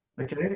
Okay